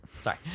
Sorry